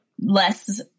less